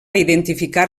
identificar